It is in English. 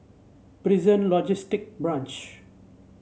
Prison Logistic Branch